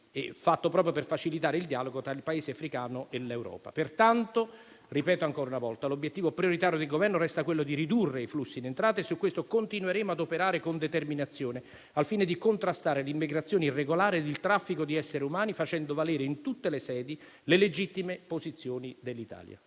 proprio per facilitare il dialogo tra il Paese africano e l'Europa. Pertanto - lo ripeto ancora una volta - l'obiettivo prioritario del Governo resta quello di ridurre i flussi in entrata e su questo continueremo ad operare con determinazione, al fine di contrastare l'immigrazione irregolare e il traffico di esseri umani facendo valere in tutte le sedi le legittime posizioni dell'Italia.